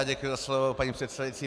Děkuji za slovo, paní předsedající.